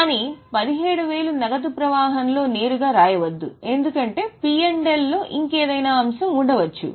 కానీ 17000 నగదు ప్రవాహంలో నేరుగా వ్రాయవద్దు ఎందుకంటే P L లో ఇంకేదైనా అంశం ఉండవచ్చు